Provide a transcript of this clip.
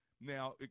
Now